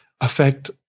affect